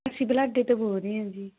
ਅਸੀਂ ਬੁਲਾਢੇ ਤੋਂ ਬੋਲ ਰਹੇ ਹਾਂ ਜੀ